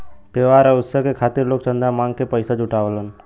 त्योहार या उत्सव के खातिर लोग चंदा मांग के पइसा जुटावलन